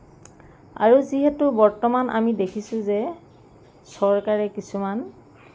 আৰু যিহেতু বৰ্তমান আমি দেখিছোঁ যে চৰকাৰে কিছুমান